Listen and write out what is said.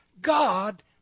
God